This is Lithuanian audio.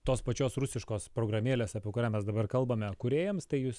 tos pačios rusiškos programėlės apie kurią mes dabar kalbame kūrėjams tai jūs